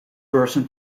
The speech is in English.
person